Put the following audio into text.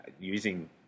using